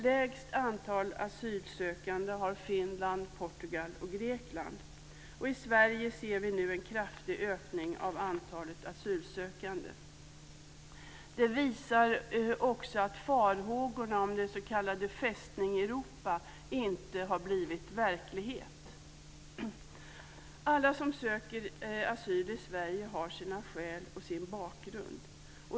Lägst antal asylsökande har Finland, Portugal och Grekland. I Sverige ser vi en kraftig ökning av antalet asylsökande. Det visar också att farhågorna om den s.k. Fästning Europa inte har blivit verklighet. Alla som söker asyl i Sverige har sina skäl och sin bakgrund.